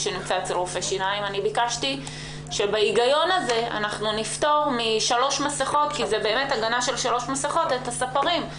רופא שיניים, ביקשתי לפטור את הספרים ממסכה כפולה.